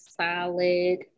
solid